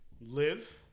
live